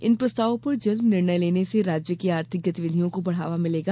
इन प्रस्तावों पर जल्द निर्णय होने से राज्य की आर्थिक गतिविधियों को बढ़ावा मिलेगा